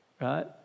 right